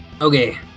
Okay